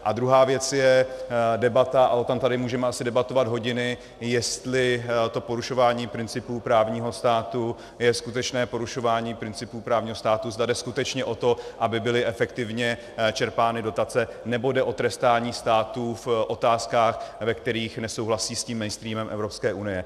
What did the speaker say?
A druhá věc je debata, a o tom tady můžeme asi debatovat hodiny, jestli to porušování principů právního státu je skutečné porušování principů právního státu, zda jde skutečně o to, aby byly efektivně čerpány dotace, nebo jde o trestání států v otázkách, ve kterých nesouhlasí s tím mainstreamem Evropské unie.